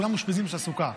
כולם אושפיזין של הסוכה,